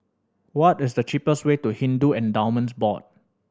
what is the cheapest way to Hindu Endowments Board